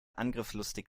angriffslustig